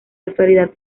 actualidad